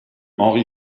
henri